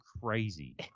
crazy